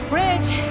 Bridge